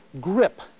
grip